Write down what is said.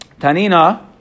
Tanina